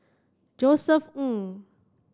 Josef Ng